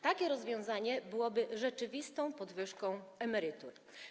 Takie rozwiązanie byłoby rzeczywistą podwyżką emerytur.